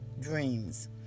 dreams